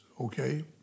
okay